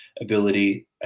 ability